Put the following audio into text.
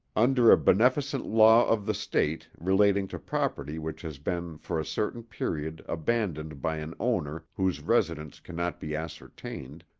under a beneficent law of the state relating to property which has been for a certain period abandoned by an owner whose residence cannot be ascertained,